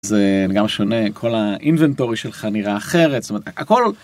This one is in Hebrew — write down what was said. זה גם שונה כל האינבנטורי שלך נראה אחרת. זאת אומרת הכל